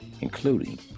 including